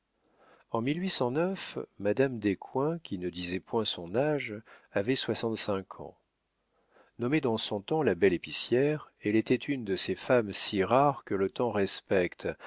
en madame descoings qui ne disait point son âge avait soixante-cinq ans nommée dans son temps la belle épicière elle était une de ces femmes si rares que le temps respecte